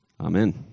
Amen